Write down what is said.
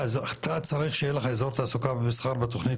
אתה צריך שיהיה לך אזור תעסוקה ומסחר בתוכנית